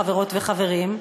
חברות וחברים?